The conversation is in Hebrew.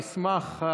המסמך,